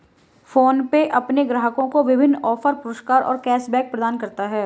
PhonePe अपने ग्राहकों को विभिन्न ऑफ़र, पुरस्कार और कैश बैक प्रदान करता है